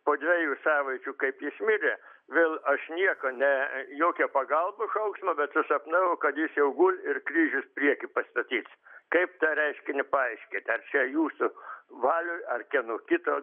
po dviejų savaičių kaip jis mirė vėl aš nieko ne jokio pagalbos šauksmo bet susapnavau kad jis jau guli ir kryžius prieky pastatyts kaip tą reiškinį paaiškint aš čia jūsų valioje ar kieno kito